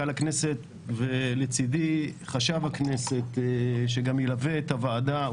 לצדי חשב הכנסת שגם ילווה את הוועדה.